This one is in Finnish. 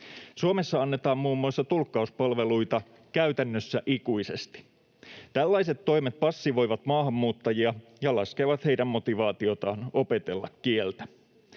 Suomessa annetaan muun muassa tulkkauspalveluita käytännössä ikuisesti. Tällaiset toimet passivoivat maahanmuuttajia ja laskevat heidän motivaatiotaan opetella kieltä.